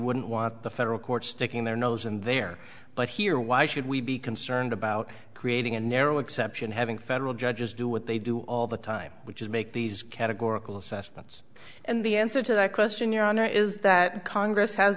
wouldn't want the federal courts sticking their nose in there but here why should we be concerned about creating a narrow exception having federal judges do what they do all the time which is make these categorical assessments and the answer to that question your honor is that congress has